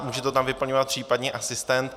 Může to tam vyplňovat případně asistent.